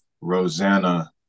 Rosanna